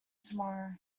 tomorrow